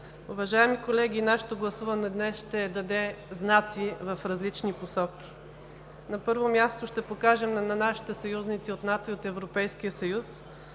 Уважаеми колеги, нашето гласуване днес ще даде знаци в различни посоки. На първо място, ще покажем на нашите съюзници от НАТО и от Европейския съюз,